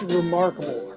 remarkable